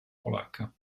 polacca